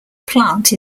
plant